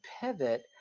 pivot